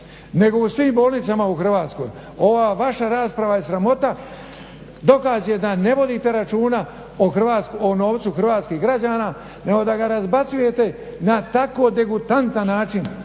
nego u svim bolnicama u Hrvatskoj. Ova vaša rasprava je sramota, dokaz je da ne vodite računa o novcu hrvatskih građana nego da ga razbacujete na tako degutantan način